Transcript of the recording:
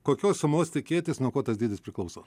kokios sumos tikėtis nuo ko tas dydis priklauso